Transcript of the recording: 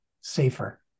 safer